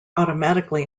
automatically